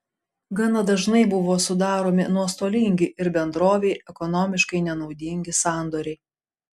gana dažnai buvo sudaromi nuostolingi ir bendrovei ekonomiškai nenaudingi sandoriai